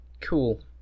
Cool